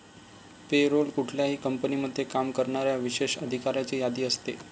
पे role कुठल्याही कंपनीमध्ये काम करणाऱ्या विशेष अधिकाऱ्यांची यादी असते